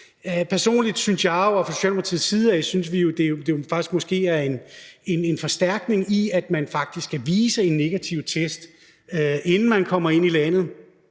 Personligt synes jeg jo og fra Socialdemokratiets side synes vi, at der faktisk måske er en forstærkning i, at man faktisk skal vise en negativ test, inden man kommer ind i landet,